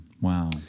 Wow